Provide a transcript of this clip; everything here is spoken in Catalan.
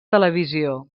televisió